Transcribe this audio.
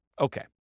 Okay